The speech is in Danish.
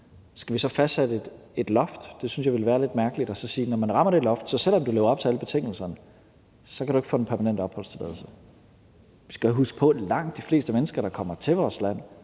Skal vi så fastsætte et loft – det synes jeg ville være lidt mærkeligt – og sige, at når vi rammer det loft, er det sådan, at selv om man lever op til alle betingelserne, kan man ikke få den permanente opholdstilladelse? Vi skal huske på, at langt de fleste mennesker, der kommer til vores land